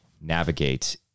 navigate